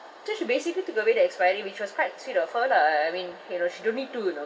so she basically took away the expiry which was quite sweet of her lah uh I mean you know she don't need to you know